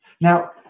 Now